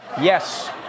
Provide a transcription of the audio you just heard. Yes